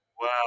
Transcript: Wow